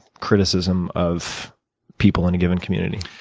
criticism of people in a given community?